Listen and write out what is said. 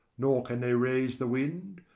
nor can they raise the wind,